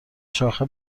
شاخه